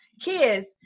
kids